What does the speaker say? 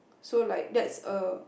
so like that's a